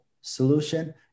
solution